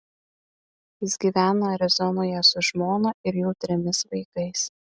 jis gyvena arizonoje su žmona ir jau trimis vaikais